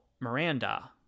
Miranda